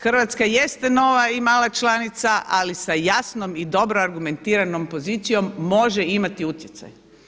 Hrvatska jeste nova i mala članica ali sa jasnom i dobro argumentiranom pozicijom može imati utjecaj.